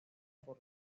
por